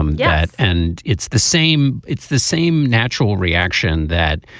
um yes. and it's the same it's the same natural reaction that.